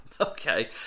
Okay